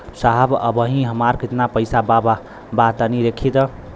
साहब अबहीं हमार कितना पइसा बा तनि देखति?